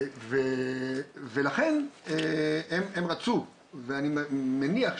לכן הם רצו, ואני מניח,